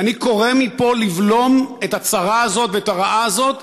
ואני קורא מפה לבלום את הצרה הזאת ואת הרעה הזאת,